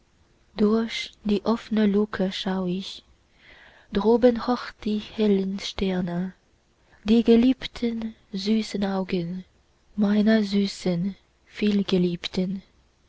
durch die offne luke schau ich droben hoch die hellen stern die geliebten süßen augen meiner süßen vielgeliebten